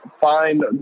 find